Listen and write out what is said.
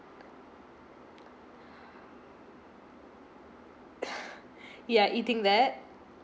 ya eating that